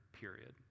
period